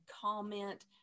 comment